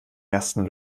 ersten